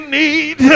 need